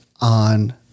on